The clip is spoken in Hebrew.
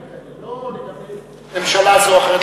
לא לגבי ממשלה זו או אחרת,